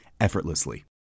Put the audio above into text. effortlessly